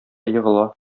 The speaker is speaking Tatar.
егыла